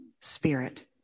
Spirit